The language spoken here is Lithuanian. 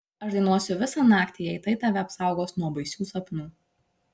aš dainuosiu visą naktį jei tai tave apsaugos nuo baisių sapnų